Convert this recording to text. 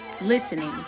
Listening